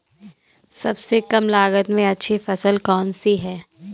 सबसे कम लागत में अच्छी फसल कौन सी है?